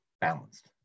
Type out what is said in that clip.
balanced